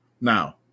Now